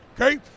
Okay